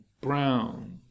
brown